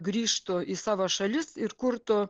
grįžtu į savo šalis ir kurtų